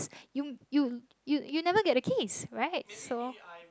you you you you never get the keys right so